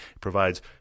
provides